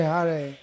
Hare